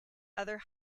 other